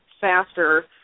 faster